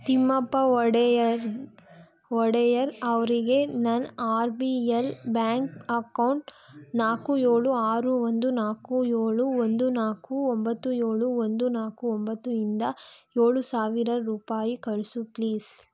ತಿಮ್ಮಪ್ಪ ಒಡೆಯರ್ ಒಡೆಯರ್ ಅವರಿಗೆ ನನ್ನ R B L bank account ನಾಲ್ಕು ಏಳು ಆರು ಒಂದು ನಾಲ್ಕು ಏಳು ಒಂದು ನಾಲ್ಕು ಒಂಬತ್ತು ಏಳು ಒಂದು ನಾಲ್ಕು ಒಂಬತ್ತು ಇಂದ ಏಳು ಸಾವಿರ ರೂಪಾಯಿ ಕಳಿಸು ಪ್ಲೀಸ್